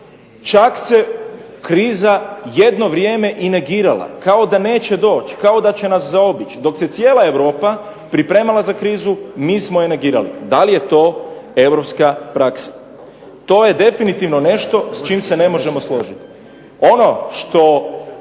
Čak se kriza jedno vrijeme i negirala kao da neće doći, kao da će nas zaobići. Dok se cijela Europa pripremala za krizu mi smo je negirali. Da li je to europska praksa? To je definitivno nešto s čim se ne možemo složiti.